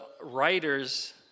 writers